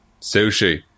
Sushi